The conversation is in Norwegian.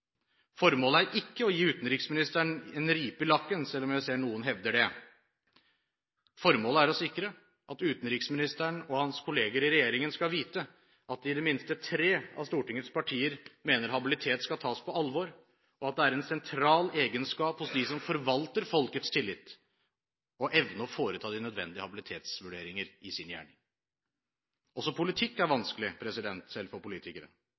Formålet er ikke å gi utenriksministeren en ripe i lakken, selv om jeg ser at noen hevder det. Formålet er å sikre at utenriksministeren og hans kolleger i regjeringen skal vite at i det minste tre av Stortingets partier mener habilitet skal tas på alvor, og at det er en sentral egenskap hos dem som forvalter folkets tillit, å evne å foreta de nødvendige habilitetsvurderinger i sin gjerning. Også politikk er vanskelig – selv for politikere